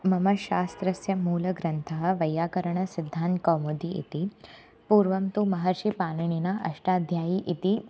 मम शास्त्रस्य मूलग्रन्थः वैयाकरणसिद्धान्तकौमुदी इति पूर्वं तु महर्षिपाणिनिना अष्ठाध्यायी इति